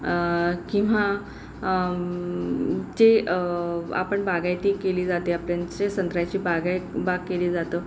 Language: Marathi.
किंवा जे आपण बागायती केली जाते आपण सं संत्र्याची बागायत बाग केली जातं